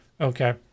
Okay